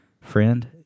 Friend